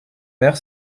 mères